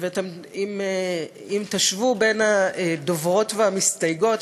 אם תשוו בין הדוברות והמסתייגות,